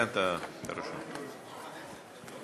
אם כן, הצעת החוק התקבלה